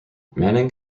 manning